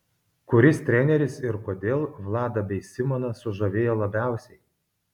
kuris treneris ir kodėl vladą bei simoną sužavėjo labiausiai